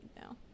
now